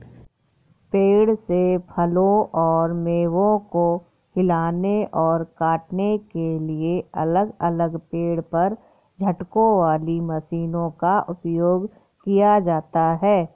पेड़ से फलों और मेवों को हिलाने और काटने के लिए अलग अलग पेड़ पर झटकों वाली मशीनों का उपयोग किया जाता है